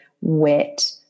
wet